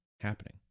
happening